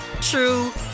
true